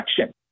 action